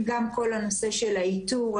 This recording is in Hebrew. כל הנושא של האיתור.